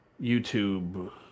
YouTube